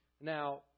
Now